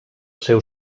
seu